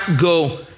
go